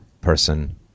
person